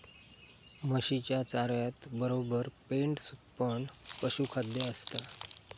म्हशीच्या चाऱ्यातबरोबर पेंड पण पशुखाद्य असता